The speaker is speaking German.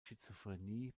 schizophrenie